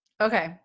Okay